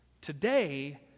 Today